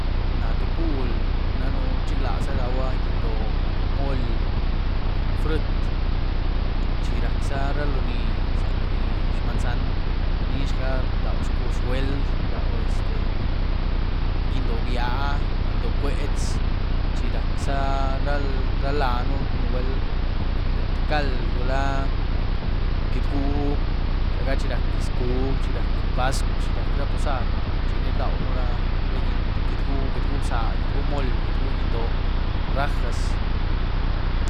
Náh túguúl, rchiglaza rauwa gyíndoó, mooly, fryiety, chi rac'zaa ra lonì, za lonì xmanzan nizhgah rdau xcuz zhueld, este em gyíndoó biaá, gyíndoó bcuetz, chi rac'zaa ra laën nugwuel, rî tïé cald, gula getguú, zaga chi rac' gyiezy cuby, chi rac' pascuu, chi rac'ra posad, chiní rdauën ra getguú bzaa, getguú moly, getguú gyíndoó. rajas.